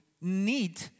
need